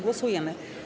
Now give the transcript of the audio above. Głosujemy.